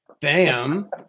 Bam